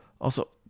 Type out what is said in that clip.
Also-